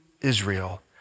Israel